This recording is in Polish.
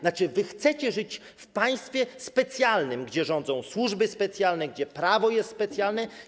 Znaczy, wy chcecie żyć w państwie specjalnym, gdzie rządzą służby specjalne, gdzie prawo jest specjalne.